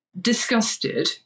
disgusted